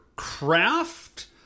craft